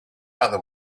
other